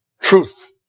truth